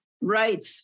Right